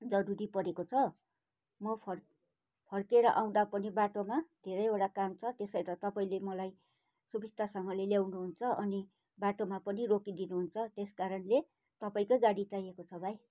जरुरी परेको छ म फर फर्केर आउँदा पनि बाटोमा धेरैवटा काम छ त्यसै त तपाईँले मलाई सुबिस्तासँगले ल्याउनु हुन्छ अनि बाटोमा पनि रोकिदिनुहुन्छ त्यस कारणले तपाईँकै गाडी चाहिएको छ भाई